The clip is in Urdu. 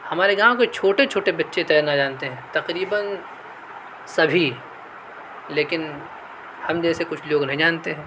ہمارے گاؤں کے چھوٹے چھوٹے بچے تیرنا جانتے ہیں تقریباً سبھی لیکن ہم جیسے کچھ لوگ نہیں جانتے ہیں